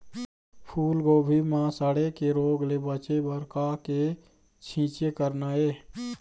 फूलगोभी म सड़े के रोग ले बचे बर का के छींचे करना ये?